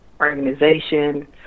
organization